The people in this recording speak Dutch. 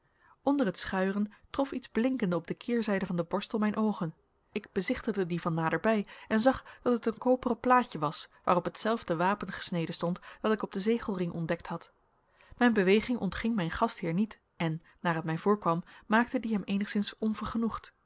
onder het schuieren trof iets blinkende op de keerzijde van den borstel mijn oogen ik bezichtigde dien van naderbij en zag dat het een koperen plaatje was waarop hetzelfde wapen gesneden stond dat ik op den zegelring ontdekt had mijn beweging ontging mijn gastheer niet en naar het mij voorkwam maakte die hem eenigszins